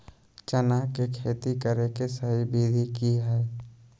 चना के खेती करे के सही विधि की हय?